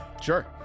Sure